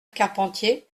carpentier